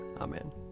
Amen